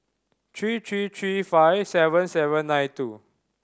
three three three five seven seven nine two